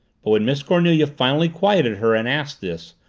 but when miss cornelia finally quieted her and asked this,